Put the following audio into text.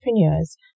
entrepreneurs